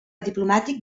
diplomàtic